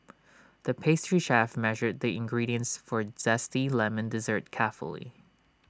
the pastry chef measured the ingredients for A Zesty Lemon Dessert carefully